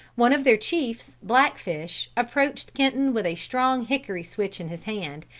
one of their chiefs, blackfish, approached kenton with a strong hickory switch in his hand,